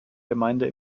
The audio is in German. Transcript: gemeinde